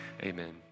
Amen